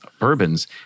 Bourbons